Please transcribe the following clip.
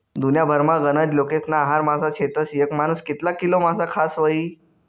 दुन्याभरमा गनज लोकेस्ना आहार मासा शेतस, येक मानूस कितला किलो मासा खास व्हयी?